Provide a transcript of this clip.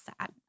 sad